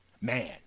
Man